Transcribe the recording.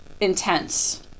intense